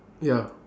ya